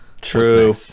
true